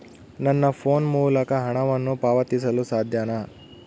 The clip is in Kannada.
ನನ್ನ ಫೋನ್ ಮೂಲಕ ಹಣವನ್ನು ಪಾವತಿಸಲು ಸಾಧ್ಯನಾ?